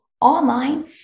online